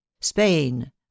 Spain